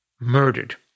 murdered